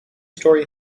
story